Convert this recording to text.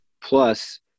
Plus